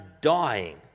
dying